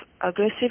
aggressive